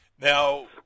Now